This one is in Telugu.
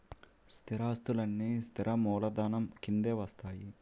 స్థిరాస్తులన్నీ స్థిర మూలధనం కిందే వస్తాయి